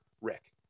Rick